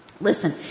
listen